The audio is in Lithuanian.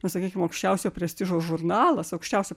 na sakykim aukščiausio prestižo žurnalas aukščiausio